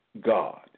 God